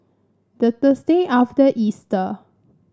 the Thursday after Easter